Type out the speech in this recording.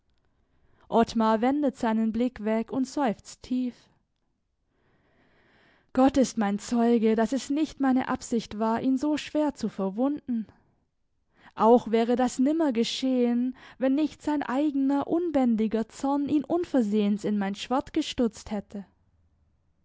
ottmar wendet seinen blick weg und seufzt tief gott ist mein zeuge daß es nicht meine absicht war ihn so schwer zu verwunden auch wäre das nimmer geschehen wenn nicht sein eigener unbändiger zorn ihn unversehens in mein schwert gestürzt hätte